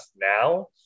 now